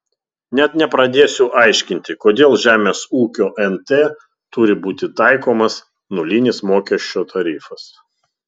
net nepradėsiu aiškinti kodėl žemės ūkio nt turi būti taikomas nulinis mokesčio tarifas